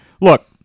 look